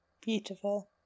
Beautiful